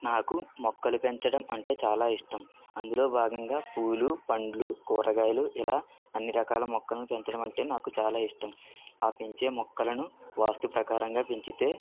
నాకు మొక్కలు పెంచడం అంటే చాలా ఇష్టం అందులో భాగంగా పూలు పండ్లు కూరగాయలు ఇలా అన్ని రకాల మొక్కలను పెంచడం అంటే నాకు చాలా ఇష్టం ఆ పెంచే మొక్కలను వాస్తు ప్రకారంగా పెంచితే